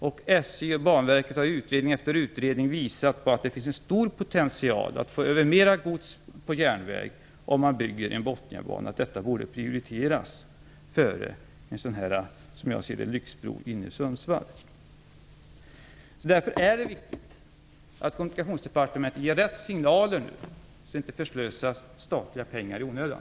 SJ och Banverket har i utredning efter utredning visat på att det finns en stor potential att få över mera gods på järnväg om man bygger en Botniabana och att detta borde prioriteras före - som jag ser det - en lyxbro inne i Sundsvall. Det är därför viktigt att Kommunikationsdepartementet nu ger rätt signaler så att det inte förslösas statliga pengar i onödan.